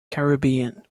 caribbean